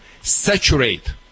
saturate